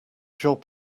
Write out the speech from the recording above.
job